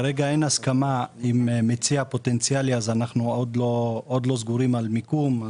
כרגע אין הסכמה עם מציע פוטנציאלי אז אנחנו עוד לא סגורים על מיקום.